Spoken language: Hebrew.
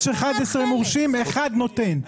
יש 11 מורשים אחד נותן.